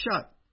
shut